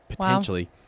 potentially